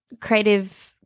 creative –